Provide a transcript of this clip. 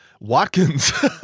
Watkins